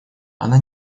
она